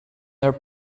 their